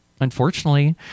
Unfortunately